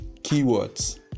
keywords